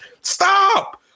stop